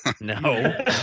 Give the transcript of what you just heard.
no